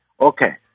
Okay